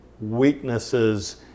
weaknesses